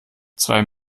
zwei